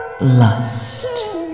lust